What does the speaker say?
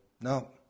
No